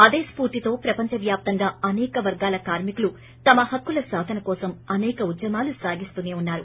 అదే స్పూర్తితో ప్రపంచ వ్యాప్తంగా అనేక వర్గాల కార్మికులు తమ హక్కుల సాథన కోసం అసేక ఉధ్యమాలు సాగిస్తూసే ఉన్నారు